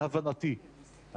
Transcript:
להבנתי,